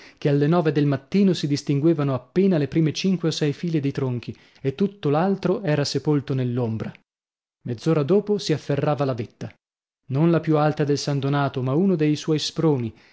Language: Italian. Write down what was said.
che alle nove del mattino si distinguevano appena le prime cinque o sei file di tronchi e tutto l'altro era sepolto nell'ombra mezz'ora dopo si afferrava la vetta non la più alta del san donato ma uno dei suoi sproni